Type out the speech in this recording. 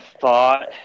thought